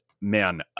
Man